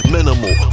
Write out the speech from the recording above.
Minimal